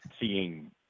seeing